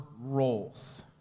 roles